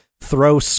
throw